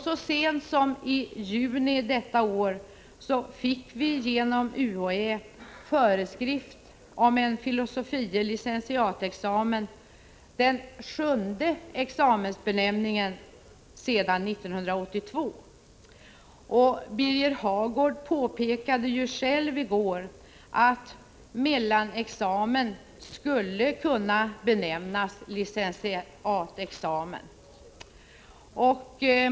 Så sent som i juni detta år fick vi genom UHÄ föreskrifter om en filosofie licentiat-examen, den sjunde examensbenämningen sedan 1982. Birger Hagård påpekade i går att mellanexamen skulle kunna benämnas licentiatexamen.